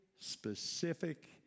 specific